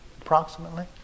approximately